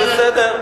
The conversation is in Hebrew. בסדר,